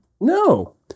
no